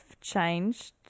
changed